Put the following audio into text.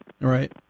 right